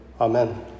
Amen